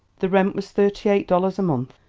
the rent was thirty-eight dollars a month.